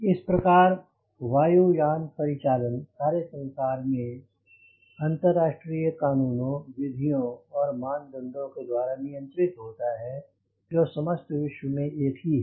इस प्रकार वायु यानपरिचालन सारे संसार में अंतरराष्ट्रीय क़ानूनों विधियों और मानदंडों के द्वारा नियंत्रित होता है जो समस्त विश्व में एक ही है